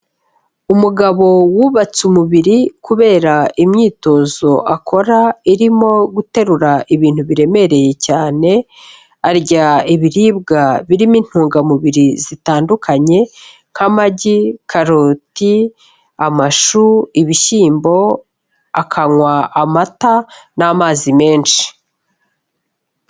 Umugabo wubatse umubiri kubera imyitozo akora irimo guterura ibintu biremereye cyane, arya ibiribwa birimo intungamubiri zitandukanye nk'amagi, karoti, amashu, ibishyimbo akanywa amata n'amazi menshi.